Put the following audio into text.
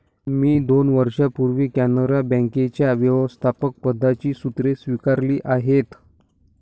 मी दोन वर्षांपूर्वी कॅनरा बँकेच्या व्यवस्थापकपदाची सूत्रे स्वीकारली आहेत